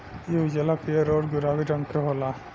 इ उजला, पीयर औरु गुलाबी रंग के होला